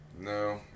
No